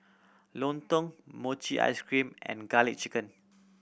lontong mochi ice cream and Garlic Chicken